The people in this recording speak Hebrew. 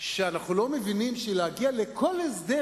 שאנחנו לא מבינים שלהגיע לכל הסדר,